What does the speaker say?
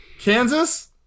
Kansas